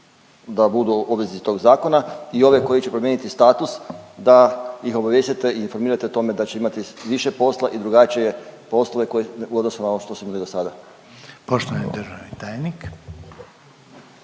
da budu obvezni tog zakona i ove koji će promijeniti status da ih obavijestite i informirate o tome da će imati više posla i drugačije poslove u odnosu na ovo što su bili do sada? **Reiner, Željko